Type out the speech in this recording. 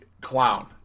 clown